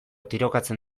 tirokatzen